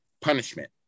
punishment